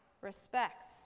respects